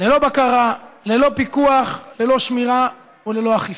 ללא בקרה, ללא פיקוח, ללא שמירה וללא אכיפה.